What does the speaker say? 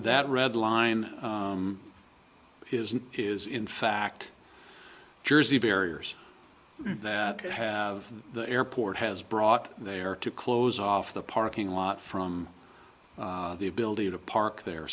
that red line is in is in fact jersey barriers that have the airport has brought there to close off the parking lot from the ability to park there